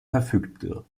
verfügte